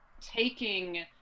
taking